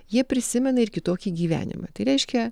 jie prisimena ir kitokį gyvenimą tai reiškia